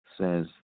says